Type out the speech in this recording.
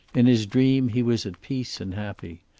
in his dream he was at peace and happy,